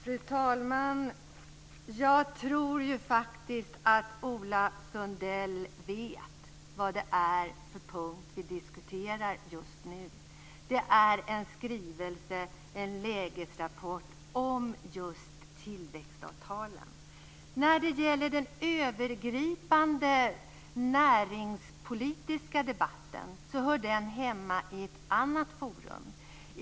Fru talman! Jag tror att Ola Sundell vet vad det är för punkt vi just nu diskuterar - en skrivelse, en lägesrapport, om just tillväxtavtalen. Den övergripande näringspolitiska debatten hör hemma i ett annat forum.